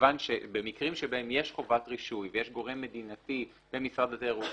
שבמקרים שבהם יש חובת רישוי ויש גורם מדינתי במשרד התיירות,